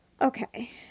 Okay